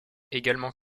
également